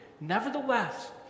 Nevertheless